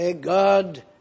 God